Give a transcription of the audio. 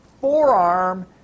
forearm